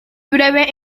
breve